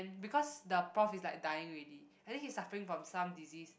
because the prof is like dying already and then he's suffering from some disease